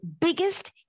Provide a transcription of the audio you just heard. biggest